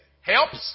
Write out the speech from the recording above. Helps